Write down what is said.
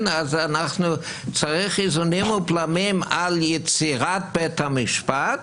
אז צריך איזונים ובלמים על יצירת בית המשפט,